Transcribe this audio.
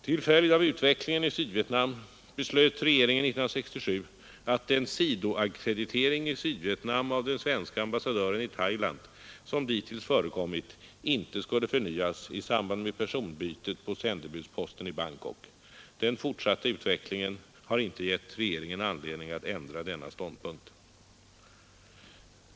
Till följd av utvecklingen i Sydvietnam beslöt regeringen 1967 att den sido-ackreditering i Sydvietnam av den svenske ambassadören i Thailand som dittills förekommit inte skulle förnyas i samband med personbytet på sändebudsposten i Bangkok. Den fortsatta utvecklingen har inte gett regeringen anledning att ändra denna ståndpunkt.